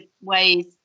ways